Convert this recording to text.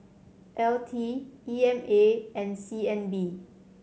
L T E M A and C N B